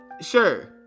Sure